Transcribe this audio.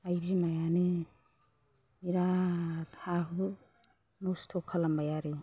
आइ बिमायानो बिराद हा हु नस्त' खालामबाय आरो